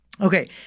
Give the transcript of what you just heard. Okay